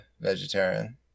vegetarian